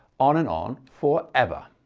on and on forever.